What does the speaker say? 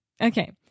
Okay